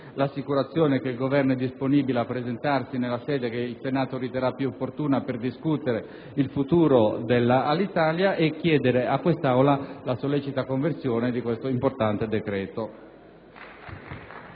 assicurare che il Governo è disponibile a presentarsi nella sede che il Senato riterrà più opportuna per discutere il futuro dell'Alitalia e chiedere all'Assemblea la sollecita conversione di questo importante decreto-legge.